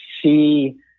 see